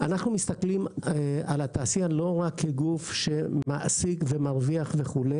אנחנו מסתכלים על התעשייה לא רק כגוף שמעסיק ומרוויח וכו',